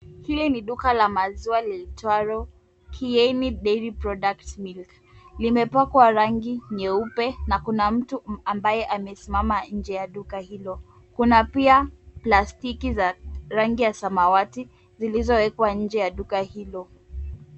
Hili ni duka la maziwa liitwalo Kieni Dairy Products Milk. Limepakwa rangi nyeupe na kuna mtu ambaye amesimama nje ya duka hilo. Kuna pia plastiki za rangi ya samawati zilizowekwa nje ya duka hilo.